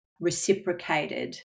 reciprocated